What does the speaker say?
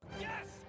Yes